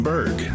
Berg